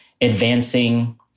advancing